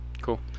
cool